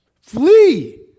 Flee